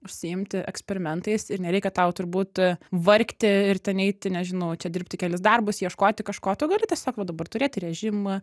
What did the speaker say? užsiimti eksperimentais ir nereikia tau turbūt vargti ir ten eiti nežinau čia dirbti kelis darbus ieškoti kažko tu gali tiesiog va dabar turėti režimą